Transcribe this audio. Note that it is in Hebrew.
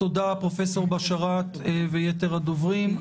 תודה לפרופ' בשאראת וליתר הדוברים.